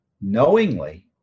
knowingly